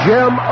Jim